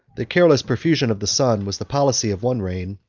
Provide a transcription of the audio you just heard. the careless profusion of the son was the policy of one reign,